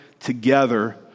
Together